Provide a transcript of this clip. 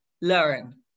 learn